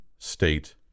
State